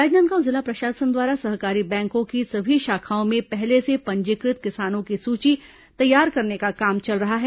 राजनांदगांव जिला प्रशासन द्वारा सहकारी बैंकों की सभी शाखाओं में पहले से पंजीकृत किसानों की सूची तैयार करने का काम चल रहा है